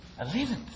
Eleventh